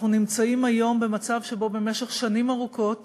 אנחנו נמצאים היום במצב שבו במשך שנים ארוכות